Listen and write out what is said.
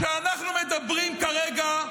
כשאנחנו מדברים כרגע,